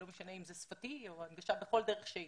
לא משנה אם זה שפתי או הנגשה בכל דרך שהיא.